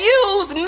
use